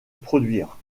produire